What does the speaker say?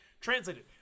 translated